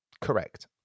Correct